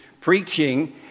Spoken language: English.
preaching